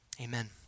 Amen